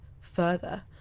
further